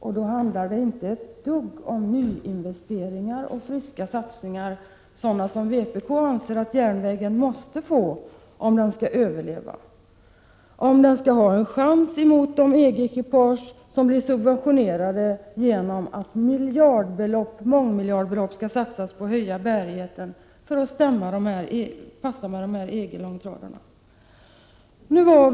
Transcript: Och då handlar det inte ett dugg om nyinvesteringar och friska satsningar, något som vpk anser att järnvägen måste få göra om den skall överleva och ha en chans i konkurrensen med de EG-ekipage som blir subventionerade genom att mångmiljardbelopp skall satsas på att höja bärigheten på vägarna, så att dessa skall kunna trafikeras av EG-långtradarna.